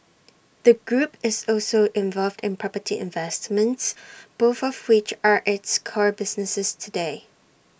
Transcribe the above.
the group is also involved in property investments both of which are its core businesses today